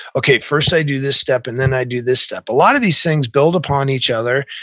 okay, first i do this step, and then i do this step. a lot of these things build upon each other,